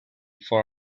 for